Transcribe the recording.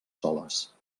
soles